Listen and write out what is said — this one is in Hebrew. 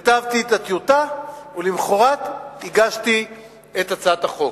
כתבתי את הטיוטה, ולמחרת הגשתי את הצעת החוק.